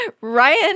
Ryan